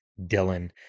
Dylan